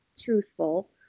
truthful